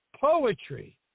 poetry